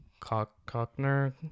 cockner